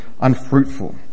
unfruitful